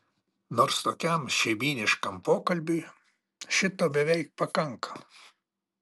nors tokiam šeimyniškam pokalbiui šito beveik pakanka